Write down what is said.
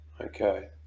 Okay